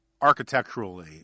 architecturally